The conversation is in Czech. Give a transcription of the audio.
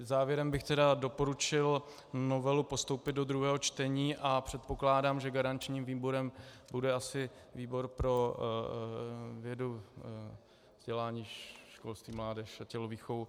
Závěrem bych tedy doporučil novelu postoupit do druhého čtení a předpokládám, že garančním výborem bude asi výbor pro vědu, vzdělání, školství, mládež a tělovýchovu.